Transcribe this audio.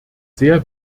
sehr